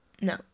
No